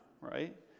right